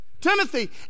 Timothy